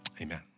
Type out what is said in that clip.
Amen